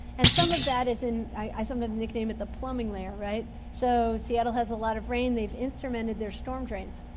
and some of that is in i sometimes nickname it the plumbing layer, right? so, seattle has a lot of rain, they've instrumented their storm drains.